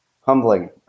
humbling